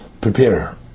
prepare